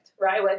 right